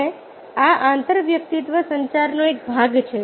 અને આ આંતરવ્યક્તિત્વ સંચારનો એક ભાગ છે